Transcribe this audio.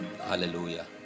hallelujah